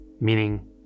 Meaning